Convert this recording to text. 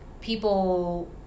people